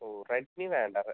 ഓ Redmi വേണ്ട